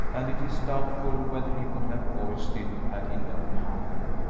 and it is doubtful whether he would have voiced it had he known how.